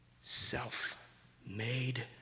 self-made